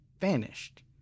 vanished